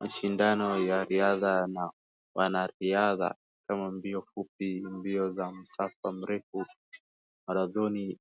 mashindano ya riadha na wanariadha kama mbio fupi, mbio za masafa marefu, marathoni.